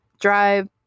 drive